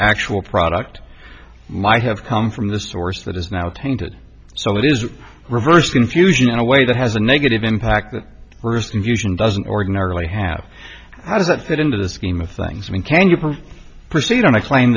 actual product might have come from this source that is now tainted so it is reversed infusion in a way that has a negative impact that first infusion doesn't ordinarily have how does that fit into the scheme of things when can you proceed on a cla